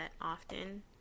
often